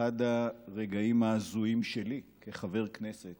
אחד הרגעים ההזויים שלי כחבר כנסת